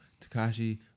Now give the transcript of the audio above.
Takashi